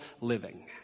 living